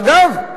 ואגב,